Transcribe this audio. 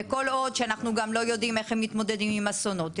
כל עוד אנחנו גם לא יודעים איך הם מתמודדים עם אסונות,